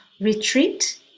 retreat